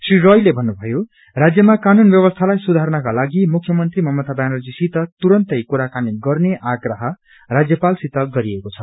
श्री रायले भन्नुभयो राज्यमा कानून व्यवस्थालाई सुर्धानको लागि मुख्यमंत्री ममता व्यानर्जीसत तुरन्तै कुराकानी गन्नेआग्रह राज्यपालसित गरिएको छ